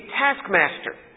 taskmaster